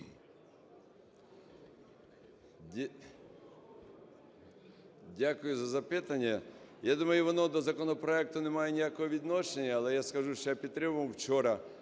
Дякую за запитання. Я думаю, воно до законопроекту немає ніякого відношення, але я скажу, що я підтримував вчора